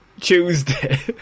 Tuesday